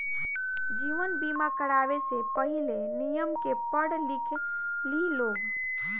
जीवन बीमा करावे से पहिले, नियम के पढ़ लिख लिह लोग